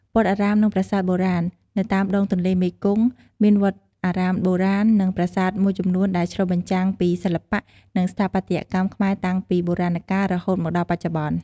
វត្តអារាម និងប្រាសាទបុរាណ នៅតាមដងទន្លេមេគង្គមានវត្តអារាមបុរាណ និងប្រាសាទមួយចំនួនដែលឆ្លុះបញ្ចាំងពីសិល្បៈ និងស្ថាបត្យកម្មខ្មែរតាំងពីបុរាណកាល រហូតមកដល់បច្ចុប្បន្ន។